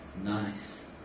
Nice